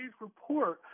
report